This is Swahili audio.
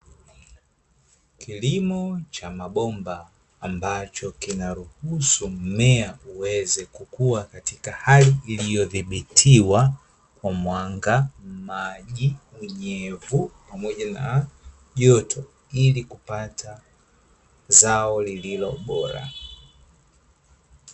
Kilimo cha mabomba ambacho kinachoruhusu mimea iweze kukuwa katika hali iliyodhibitiwa kwa mwanga, maji, unyevu pamoja na joto ili kupata zao lililobora.